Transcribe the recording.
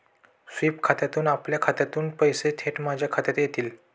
sweep खात्यातून आपल्या खात्यातून पैसे थेट माझ्या खात्यात येतील